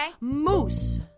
Moose